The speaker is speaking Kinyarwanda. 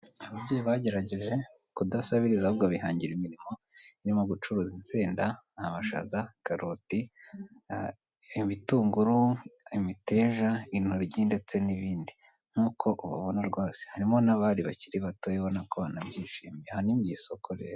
Ababyeyi bagerageje kudasabiriza ahubwo bihangira imirimo irimo gucuruza insenda, amashaza, karoti, ibitunguru, imiteja, intoryi ndetse n'ibindi. Nkuko ubabona rwose harimo n'abari bakiri bato ubona ko banabyishimiye, aha ni mu isoko rero.